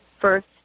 first